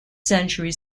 century